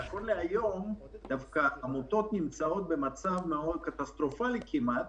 נכון להיום העמותות נמצאות במצב קטסטרופלי כמעט,